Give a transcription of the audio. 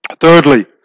Thirdly